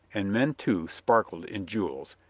and men, too, sparkled in jewels,